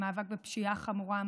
במאבק בפשיעה החמורה,